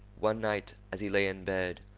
one night, as he lay in bed,